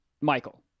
Michael